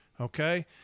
Okay